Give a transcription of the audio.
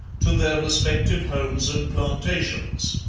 to their respective homes and plantations